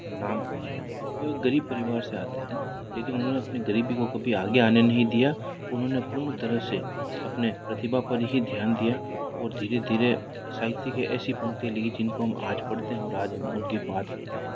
नाम कमाया वो एक गरीब परिवार से आते हैं लेकिन उन्होंने अपने गरीबी को कभी आगे आने नहीं दिया उन्होंने पूर्ण तरह से अपने प्रतिभा पर ही ध्यान दिया और धीरे धीरे साहित्य के ऐसी पंक्तियाँ लिखीं जिनको हम आज पढ़ते हैं और आज हम उनके बात करते हैं